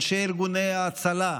אנשי ארגוני ההצלה,